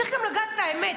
צריך גם לדעת את האמת.